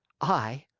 i?